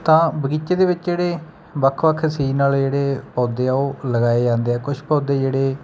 ਤਾਂ ਬਗੀਚੇ ਦੇ ਵਿੱਚ ਜਿਹੜੇ ਵੱਖ ਵੱਖ ਸੀਜ਼ਨਾਂ ਵਾਲੇ ਜਿਹੜੇ ਪੌਦੇ ਆ ਉਹ ਲਗਾਏ ਜਾਂਦੇ ਆ ਕੁਛ ਪੌਦੇ ਜਿਹੜੇ